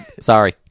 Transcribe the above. Sorry